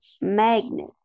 magnet